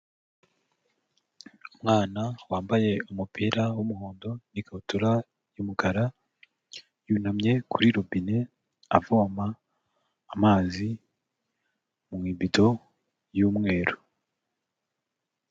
Umwana wambaye umupira w'umuhondo n'ikabutura y'umukara, yunamye kuri robine avoma amazi mu ibido y'umweru.